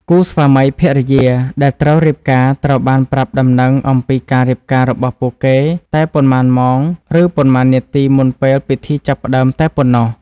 គូស្វាមីភរិយាដែលត្រូវរៀបការត្រូវបានប្រាប់ដំណឹងអំពីការរៀបការរបស់ពួកគេតែប៉ុន្មានម៉ោងឬប៉ុន្មាននាទីមុនពេលពិធីចាប់ផ្តើមតែប៉ុណ្ណោះ។